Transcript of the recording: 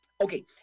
Okay